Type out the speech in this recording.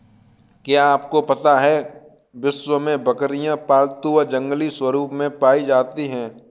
क्या आपको पता है विश्व में बकरियाँ पालतू व जंगली रूप में पाई जाती हैं?